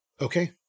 Okay